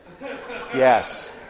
Yes